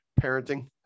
parenting